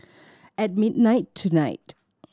at midnight tonight